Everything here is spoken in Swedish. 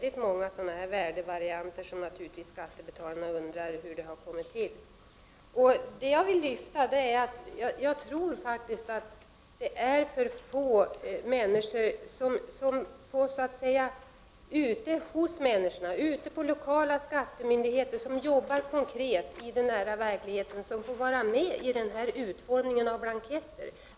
Det finns många värdevarianter som skattebetalarna naturligtvis undrar över hur de har kommit till. Jag tror faktiskt att det är för få människor ute på de lokala skattemyndigheterna, sådana som arbetar konkret i den nära verkligheten, som får vara med vid utformningen av blanketter.